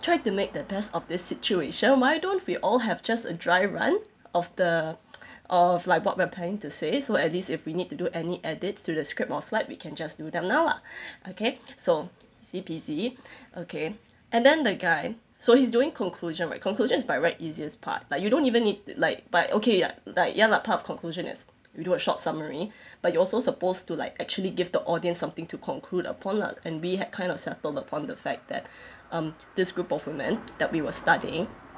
try to make the best of this situation why don't we all have just a dry run of the of like what we're planning to say so at least if we need to do any edits to the script or slide we can just do them now lah okay so see P_C okay and then the guy so he's doing conclusion right conclusion is by right easiest part like you don't even need like but okay like ya lah part of conclusion is you do a short summary but you also supposed to like actually give the audience something to conclude upon lah and we had kind of settled upon the fact that um this group of women that we were studying